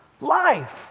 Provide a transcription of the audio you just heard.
life